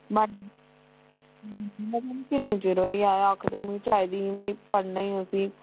madam ji madam ji किन्ने चिर होई गेआ आखदे में चाहिदी ही में पढ़ना हा उसगी